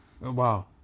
Wow